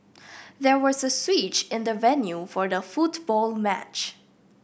there was a switch in the venue for the football match